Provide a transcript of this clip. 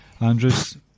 Andrews